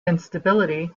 instability